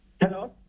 Hello